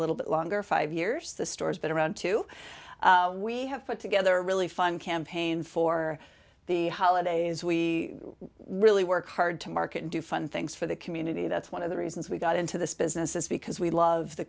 little bit longer five years the store's been around too we have put together a really fun campaign for the holidays we really work hard to market and do fun things for the community that's one of the reasons we got into this business is because we love the